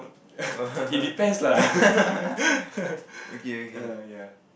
it depends lah err ya